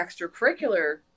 extracurricular